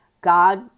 God